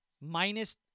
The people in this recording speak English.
minus